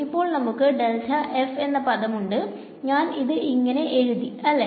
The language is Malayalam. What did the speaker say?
ഇപ്പോൾ നമുക്ക് എന്ന പദമുണ്ട് ഞാൻ ഇത് ഇങ്ങനെ എഴുത് അല്ലേ